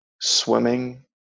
swimming